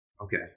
Okay